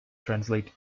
translated